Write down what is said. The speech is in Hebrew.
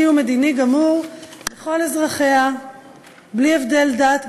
ומדיני גמור לכל אזרחיה בלי הבדל דת,